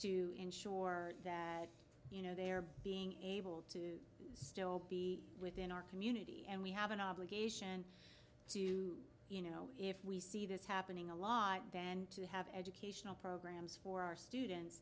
to ensure that you know they're being able to still be within our community and we have an obligation to you know if we see this happening a lot then to have educational programs for our students